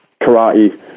karate